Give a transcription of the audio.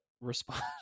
respond